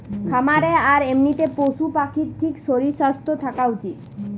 খামারে আর এমনিতে পশু পাখির ঠিক শরীর স্বাস্থ্য থাকা উচিত